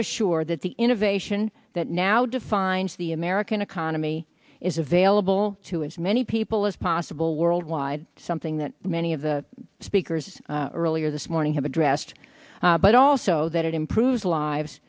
to assure that the innovation that now defines the american economy is available to as many people as possible worldwide something that many of the speakers earlier this morning have addressed but also that it improves lives